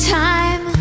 time